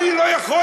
אני לא יכול,